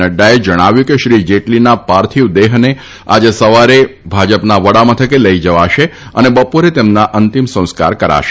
નફાએ જણાવ્યું હતું કે શ્રી જેટલીના પાર્થિવ દેહને આજે સવારે ભાજપના વડામથકે લઇ જવાશે અને બપોરે તેમના અંતિમ સંસ્કાર કરાશે